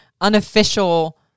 unofficial